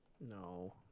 No